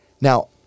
Now